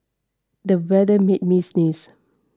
the weather made me sneeze